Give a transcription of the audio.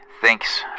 Thanks